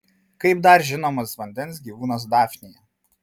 kaip dar žinomas vandens gyvūnas dafnija